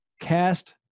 Cast